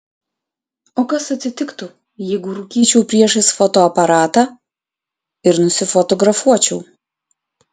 o kas atsitiktų jeigu rūkyčiau priešais fotoaparatą ir nusifotografuočiau